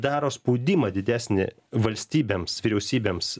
daro spaudimą didesni valstybėms vyriausybėms